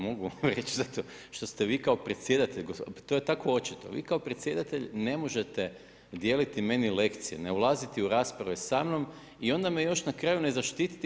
Mogu vam reći, zato što ste vi kao predsjedatelj, to je tako očito, vi kao predsjedatelj ne možete dijeliti meni lekcije, ne ulaziti u rasprave sa mnom i onda me još na kraju ne zaštititi.